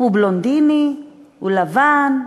הוא בלונדיני, הוא לבן,